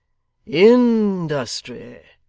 industry,